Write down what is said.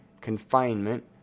confinement